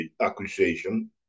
accusation